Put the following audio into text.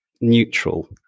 neutral